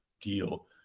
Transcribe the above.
deal